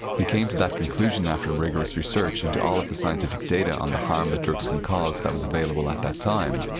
he came to that conclusion after rigorous research into all of the scientific data on the harm that drugs can cause that was available at that time.